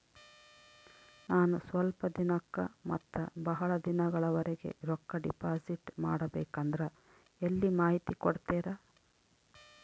ನಾನು ಸ್ವಲ್ಪ ದಿನಕ್ಕ ಮತ್ತ ಬಹಳ ದಿನಗಳವರೆಗೆ ರೊಕ್ಕ ಡಿಪಾಸಿಟ್ ಮಾಡಬೇಕಂದ್ರ ಎಲ್ಲಿ ಮಾಹಿತಿ ಕೊಡ್ತೇರಾ?